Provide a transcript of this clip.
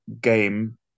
game